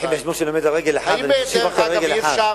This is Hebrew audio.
אז כמו שאני עומד על רגל אחת, אשיב לך על רגל אחת.